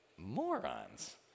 morons